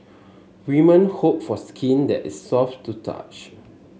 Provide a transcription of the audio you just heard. women hope for skin that is soft to touch